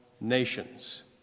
nations